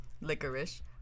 licorice